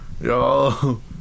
Yo